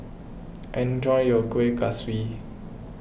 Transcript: enjoy your Kuih Kaswi